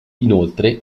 inoltre